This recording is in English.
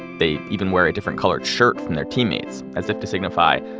they even wear a different colored shirt from their teammates as if to signify,